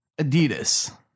adidas